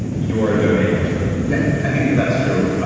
you are a domain expert yeah, i think that's true.